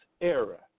era